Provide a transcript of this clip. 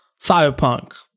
Cyberpunk